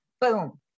Boom